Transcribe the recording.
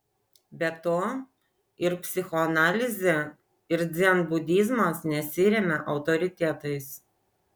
be to ir psichoanalizė ir dzenbudizmas nesiremia autoritetais